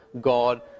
God